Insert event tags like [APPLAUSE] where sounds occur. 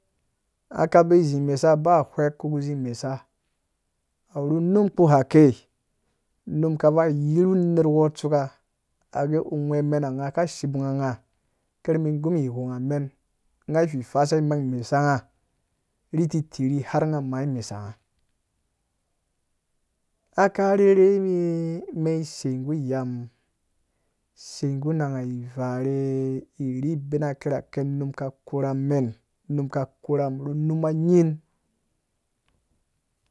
Aka bee zi mesa ba hweku izi mɛsa awurhu num kpu ha kei unum [UNINTELLIGIBLE] nerws tsu ka ungwe menaunga ka sipunga kar mum igũ mum hwui nga mem, nga aififasa mang mɛsanga ri tirhi har nga ma mɛsanga aka rherhe mii mem isai gu yamum irhi bina kirha ke unum ka korha men, numa numa nying